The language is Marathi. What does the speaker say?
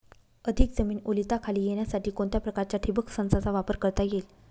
अधिक जमीन ओलिताखाली येण्यासाठी कोणत्या प्रकारच्या ठिबक संचाचा वापर करता येईल?